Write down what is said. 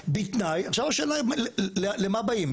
עכשיו השאלה היא למה באים?